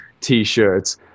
T-shirts